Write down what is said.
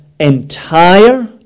Entire